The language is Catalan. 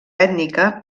ètnica